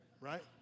right